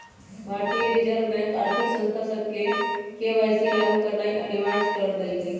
भारतीय reserve bank आर्थिक संस्था सभके के.वाई.सी लागु करनाइ अनिवार्ज क देलकइ